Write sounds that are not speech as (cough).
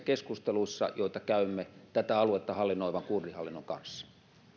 (unintelligible) keskusteluissa joita käymme tätä aluetta hallinnoivan kurdihallinnon kanssa